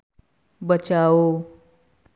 बचाओ